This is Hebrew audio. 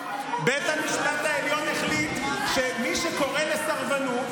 בית המשפט העליון החליט שמי שקורא לסרבנות,